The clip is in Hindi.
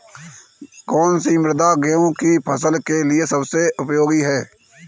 कौन सी मृदा गेहूँ की फसल के लिए सबसे उपयोगी है?